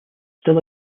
still